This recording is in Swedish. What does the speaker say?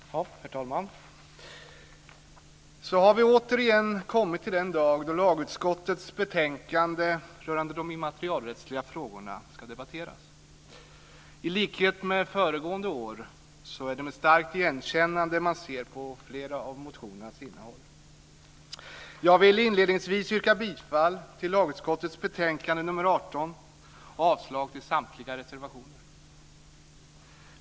Herr talman! Så har vi återigen kommit till den dag då lagutskottets betänkande rörande de immaterialrättsliga frågorna ska debatteras. I likhet med föregående år är det med ett starkt igenkännande man ser på flera av motionernas innehåll. Jag vill inledningsvis yrka bifall till lagutskottets hemställan i betänkande nr 18 och avslag till samtliga reservationer.